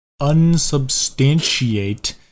unsubstantiate